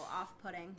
off-putting